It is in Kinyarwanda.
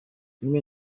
rimwe